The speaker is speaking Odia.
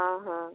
ହଁ ହଁ